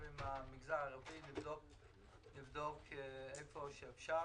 עם אנשים מן המגזר הערבי ונבדוק איפה אפשר.